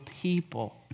people